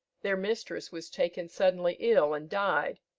their mistress was taken suddenly ill and died,